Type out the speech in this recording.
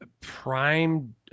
Prime